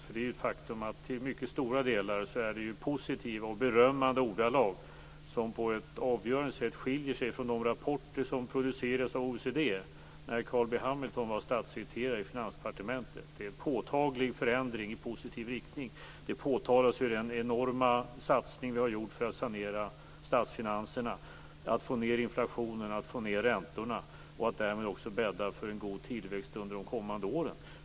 Faktum är att det till mycket stora delar är positiva och berömmande ord som på ett avgörande sätt skiljer sig från de rapporter som producerades av OECD när Carl B Hamilton var statssekreterare i Finansdepartementet. Det är en påtaglig förändring i positiv riktning. Det påtalas den enorma satsning vi har gjort för att sanera statsfinanserna, få ned inflationen och få ned räntorna och därmed bädda för en god tillväxt under de kommande åren.